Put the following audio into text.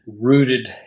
rooted